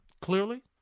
clearly